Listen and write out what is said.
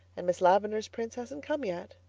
and miss lavendar's prince hasn't come yet.